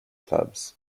clubs